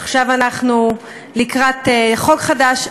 עכשיו אנחנו לקראת חוק חדש,